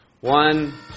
One